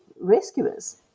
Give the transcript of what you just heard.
rescuers